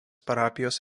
parapijos